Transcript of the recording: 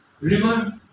River